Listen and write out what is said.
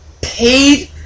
paid